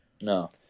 No